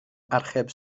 archeb